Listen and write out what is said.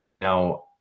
Now